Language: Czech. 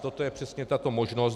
Toto je přesně tato možnost.